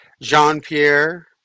Jean-Pierre